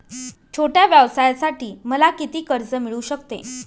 छोट्या व्यवसायासाठी मला किती कर्ज मिळू शकते?